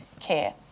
care